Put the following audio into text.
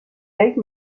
take